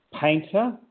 painter